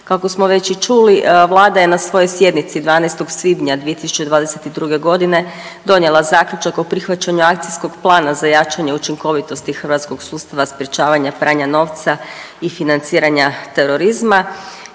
Kako smo već i čuli Vlada je na svojoj sjednici 12. svibnja 2022.g. donijela zaključak o prihvaćanju akcijskog plana za jačanje učinkovitosti hrvatskog sustava sprječavanja pranja novca i financiranja terorizma